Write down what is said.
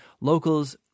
locals